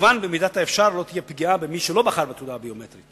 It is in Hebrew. מובן שבמידת האפשר לא תהיה פגיעה במי שלא בחר בתעודה הביומטרית.